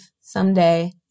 someday